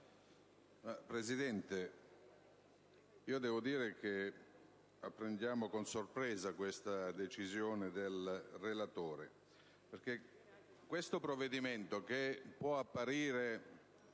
Presidente, apprendiamo con sorpresa la decisione del relatore, perché questo provvedimento, che può apparire